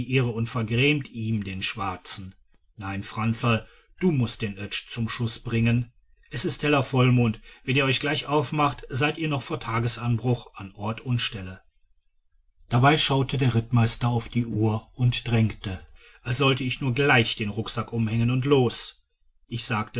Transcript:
irre und vergrämt ihm den schwarzen nein franzl du mußt den oetsch zum schuß bringen es ist heller vollmond wenn ihr euch gleich aufmacht seid ihr noch vor tagesanbruch an ort und stelle dabei schaute der rittmeister auf die uhr und drängte als sollte ich nur gleich den rucksack umhängen und los ich sagte